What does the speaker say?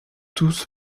tous